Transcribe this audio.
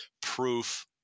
proof –